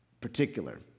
particular